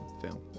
film